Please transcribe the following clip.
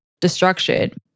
destruction